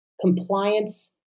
compliance